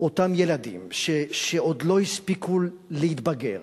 אותם ילדים שעוד לא הספיקו להתבגר,